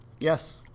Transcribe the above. yes